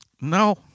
no